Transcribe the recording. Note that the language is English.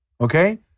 Okay